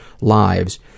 lives